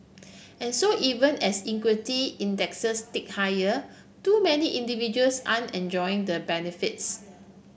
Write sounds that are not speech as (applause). and so even as equity (unintelligible) tick higher too many individuals aren't enjoying the benefits